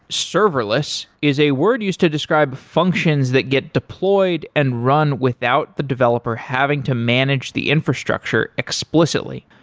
serverless is a word used to describe functions that get deployed and run without the developer having to manage the infrastructure explicitly.